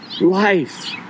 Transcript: life